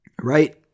right